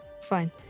Fine